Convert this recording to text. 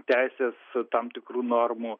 teisės tam tikrų normų